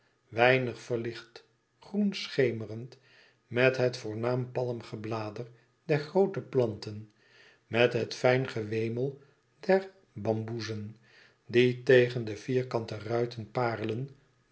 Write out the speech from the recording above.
weinig verlicht groen schemerend met het voornaam palmgeblader der groote planten met het fijn gewemel der bamboezen die tegen de vierkante ruiten parelen